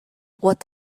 what